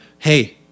Hey